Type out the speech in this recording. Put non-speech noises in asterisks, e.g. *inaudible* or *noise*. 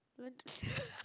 *laughs*